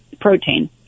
protein